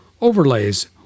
Overlays